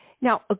Now